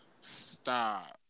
Stop